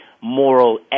moral